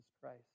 Christ